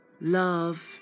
love